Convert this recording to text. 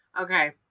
Okay